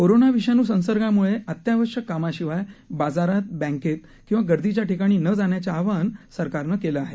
corona विषाणू संसर्गामुळे अत्यावश्यक कामाशिवाय बाजारात बँकेत किंवा गर्दीच्या ठिकाणी न जाण्याचे आवाहन सरकारनं केलं आहे